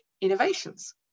innovations